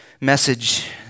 message